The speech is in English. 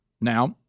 Now